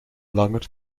langer